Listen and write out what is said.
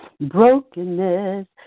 Brokenness